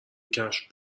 کفش